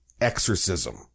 exorcism